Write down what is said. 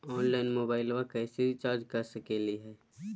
Online मोबाइलबा कैसे recharge कर सकलिए है?